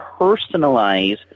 personalize